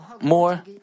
more